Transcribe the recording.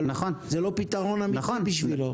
אבל זה לא פתרון אמיתי בשבילו.